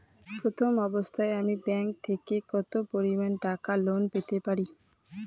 প্রথম অবস্থায় আমি ব্যাংক থেকে কত পরিমান টাকা লোন পেতে পারি?